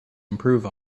improve